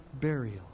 burial